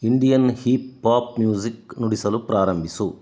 Indian hip hop music ನುಡಿಸಲು ಪ್ರಾರಂಭಿಸು